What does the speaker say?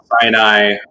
Sinai